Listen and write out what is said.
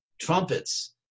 trumpets